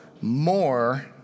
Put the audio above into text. more